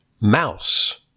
mouse